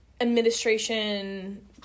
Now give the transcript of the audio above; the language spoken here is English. administration